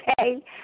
okay